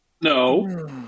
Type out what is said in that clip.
No